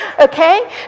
Okay